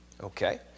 Okay